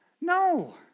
No